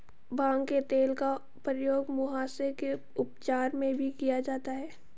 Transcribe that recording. भांग के तेल का प्रयोग मुहासे के उपचार में भी किया जाता है